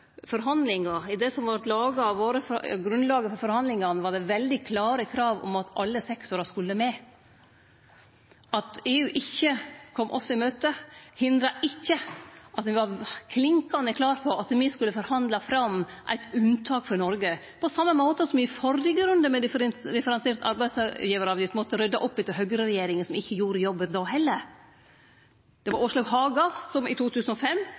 i det som vart laga som grunnlag for forhandlingane – var det veldig klare krav om at alle sektorar skulle med. At EU ikkje kom oss i møte, hindra ikkje at me var klinkande klare på at me skulle forhandle fram eit unntak for Noreg, på same måte som me i førre runde med differensiert arbeidsgivaravgift måtte rydde opp etter Høgre-regjeringa, som ikkje gjorde jobben då heller. Det var Åslaug Haga som i 2005